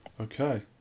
Okay